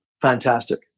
fantastic